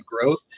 growth